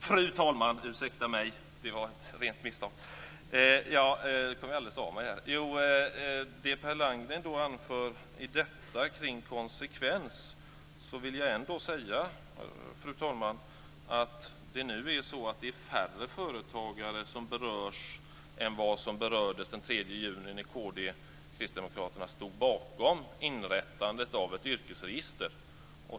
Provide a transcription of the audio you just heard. Fru talman! Med anledning av det Per Landgren anför om konsekvens vill jag ändå säga att det nu är färre företagare som berörs än som berördes den 3 juni, när kristdemokraterna stod bakom inrättandet av ett yrkesregister.